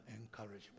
encouragement